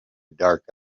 dark